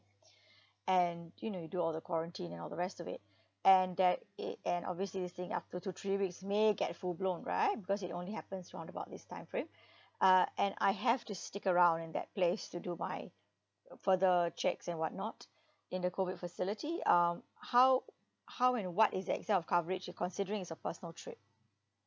and you know you do all the quarantine and all the rest of it and there it and obviously this thing after two three weeks may get full blown right because it only happens from about this time frame uh and I have to stick around in that place to do my further checks and what not in the COVID facility um how how and what is the extend of coverage you considering is a personal trip